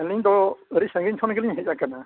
ᱟᱹᱞᱤᱧ ᱫᱚ ᱟᱹᱰᱤ ᱥᱟᱺᱜᱤᱧ ᱠᱷᱚᱱ ᱜᱮᱞᱤᱧ ᱦᱮᱡ ᱟᱠᱟᱱᱟ